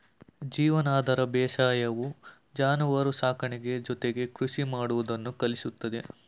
ಜೀವನಾಧಾರ ಬೇಸಾಯವು ಜಾನುವಾರು ಸಾಕಾಣಿಕೆ ಜೊತೆಗೆ ಕೃಷಿ ಮಾಡುವುದನ್ನು ಕಲಿಸುತ್ತದೆ